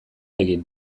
egin